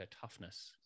toughness